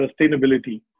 sustainability